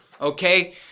Okay